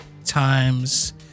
times